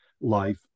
life